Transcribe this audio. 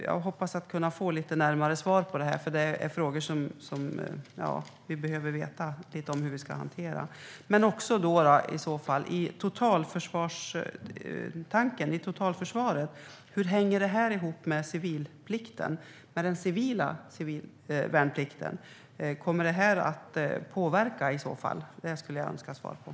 Jag hoppas att jag kan få ett närmare svar eftersom det är frågor som vi behöver få besked om för att veta hur detta ska hanteras. När det gäller totalförsvaret, hur hänger det här ihop med civil värnplikt? Kommer den i så fall att påverka arbetet?